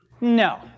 No